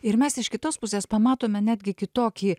ir mes iš kitos pusės pamatome netgi kitokį